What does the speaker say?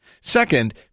Second